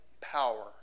power